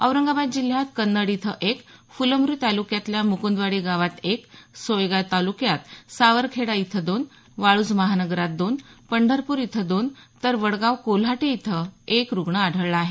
औरंगाबाद जिल्ह्यात कन्नड इथं एक फुलंब्री तालुक्यातल्या मुकुंदवाडी गावात एक सोयगाव तालुक्यात सावरखेडा इथं दोन वाळूज महानगरात दोन पंढरपूर इथं दोन तर वडगाव कोल्हाटी इथं एक रुग्ण आढळला आहे